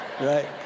right